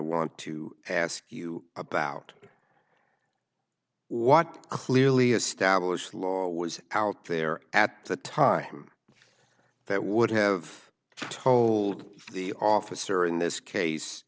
want to ask you about what clearly established law was out there at the time that would have told the officer in this case